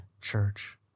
church